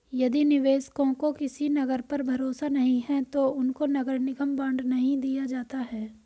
यदि निवेशकों को किसी नगर पर भरोसा नहीं है तो उनको नगर निगम बॉन्ड नहीं दिया जाता है